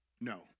No